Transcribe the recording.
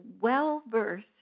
well-versed